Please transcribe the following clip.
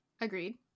Agreed